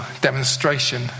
demonstration